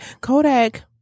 Kodak